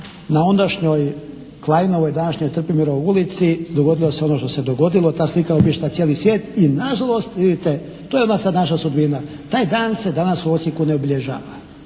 na ondašnjoj Klajnovoj, današnjoj Trpimirovoj ulici dogodilo se ono što se dogodilo. Ta slika je obišla cijeli svijet i na žalost vidite to je sad naša sudbina. Taj dan se danas u Osijeku ne obilježava